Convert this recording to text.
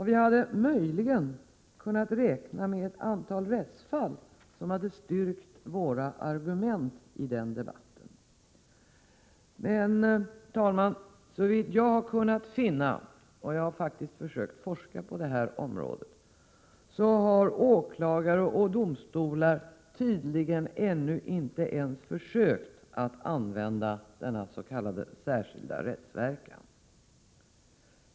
Vi hade nu möjligen kunnat räkna med ett antal rättsfall som hade stärkt våra argument i den här debatten. Men, fru talman, såvitt jag har kunnat finna — och jag har faktiskt försökt forska på det här området — har åklagare och domstolar ännu inte ens försökt använda stadgandena om denna s.k. särskilda rättsverkan.